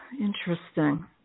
interesting